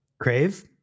crave